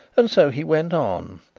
and so he went on,